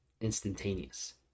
Instantaneous